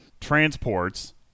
transports